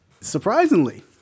Surprisingly